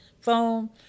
phone